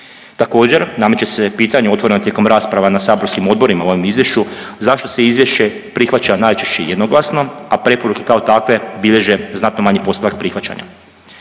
Također, nameće se pitanje otvoreno tijekom rasprava na saborskim odborima u ovom izvješću, zašto se izvješće prihvaća najčešće jednoglasno, a preporuke kao takve bilježe znatno manji postotak prihvaćanja.